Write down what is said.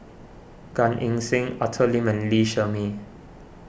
Gan Eng Seng Arthur Lim and Lee Shermay